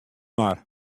mar